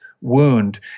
Wound